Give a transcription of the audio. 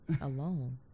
alone